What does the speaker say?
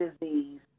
disease